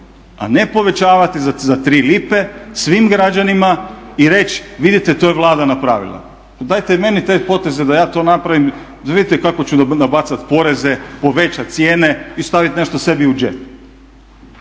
a ne povećavati za 3 lipe svim građanima i reći vidite to je Vlada napravila. Dajte meni te poteze da ja to napravim da vidite kako ću nabacat poreze, povećat cijene i stavit nešto sebi u džep.